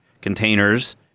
containers